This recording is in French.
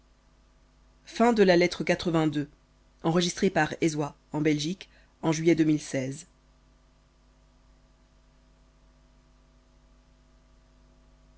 autre lettre de